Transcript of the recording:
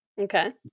Okay